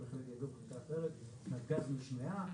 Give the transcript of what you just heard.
נתג"ז נשמעה